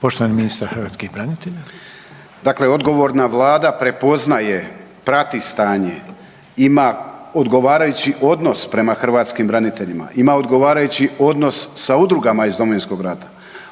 Poštovani ministar hrvatskih branitelja. **Medved, Tomo (HDZ)** Dakle, odgovorna Vlada prepoznaje, prati stanje, ima odgovarajući odnos prema hrvatskim braniteljima, ima odgovarajući odnos sa udrugama iz Domovinskog rata,